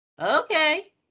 Okay